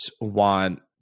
want